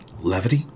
levity